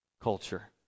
culture